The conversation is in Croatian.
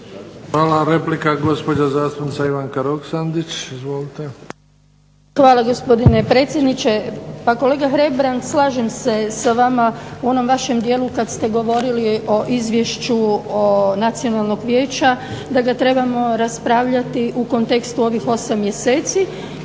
Hvala. Replika. Gospođa zastupnica Ivanka Roksandić. **Roksandić, Ivanka (HDZ)** Hvala gospodine predsjedniče. Pa kolega Hebrang slažem se sa vama u onom vašem dijelu kada ste govorili o izvješću nacionalnog vijeća da ga trebamo raspravljati u kontekstu ovih 8 mjeseci,